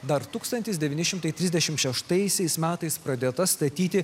dar tūkstantis devyni šimtai trisdešimt šeštaisiais metais pradėta statyti